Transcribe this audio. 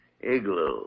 igloo